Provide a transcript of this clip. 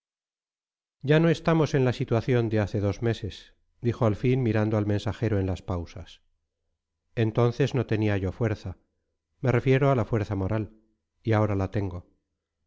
ya no estamos en la situación de hace dos meses dijo al fin mirando al mensajero en las pausas entonces no tenía yo fuerza me refiero a la fuerza moral y ahora la tengo